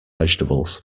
vegetables